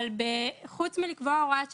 חוץ מלקבוע הוראת שעה,